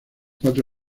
cuatro